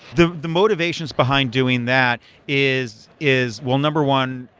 the the motivations behind doing that is is well, number one,